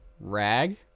rag